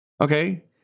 Okay